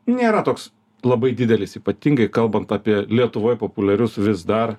nėra toks labai didelis ypatingai kalbant apie lietuvoj populiarius vis dar